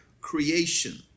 creation